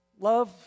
Love